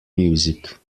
music